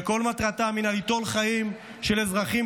שכל מטרתם הינה ליטול חיים של אזרחים